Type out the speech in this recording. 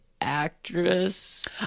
actress